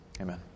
Amen